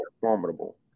formidable